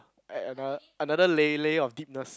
add another another lay~ layer of deepness